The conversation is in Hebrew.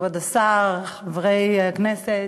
כבוד השר, חברי הכנסת,